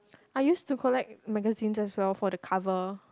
I used to collect magazine as well for the cover